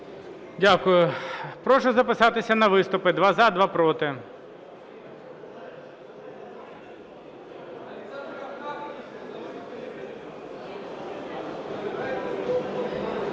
Дякую. Прошу записатися на виступи: два – за, два – проти.